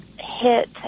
hit